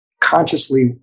consciously